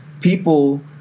people